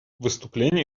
выступление